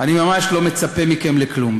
אני ממש לא מצפה מכם לכלום,